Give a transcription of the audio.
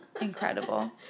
Incredible